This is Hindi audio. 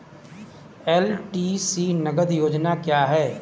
एल.टी.सी नगद योजना क्या है?